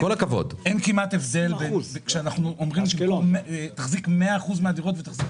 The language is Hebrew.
אין כמעט הבדל כשאנחנו שמקום יחזיק 100 אחוז מהדירות ויחזיק